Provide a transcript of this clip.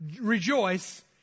rejoice